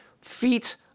feet